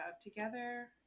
together